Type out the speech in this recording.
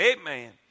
Amen